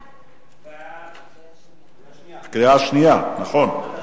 קריאה שנייה, אמרתי.